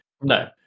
no